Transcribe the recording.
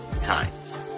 times